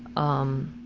um.